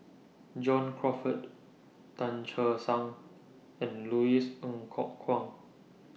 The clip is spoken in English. John Crawfurd Tan Che Sang and Louis Ng Kok Kwang